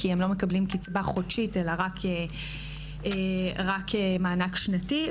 כי הם לא מקבלים קצבה חודשית אלא רק מענק שנתי.